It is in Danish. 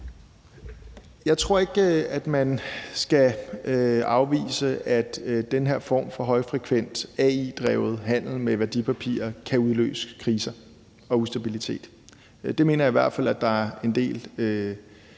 Jeg tror ikke, man skal afvise, at den her form for højfrekvent AI-drevet handel med værdipapirer kan udløse kriser og ustabilitet. Det mener jeg i hvert fald der er en del der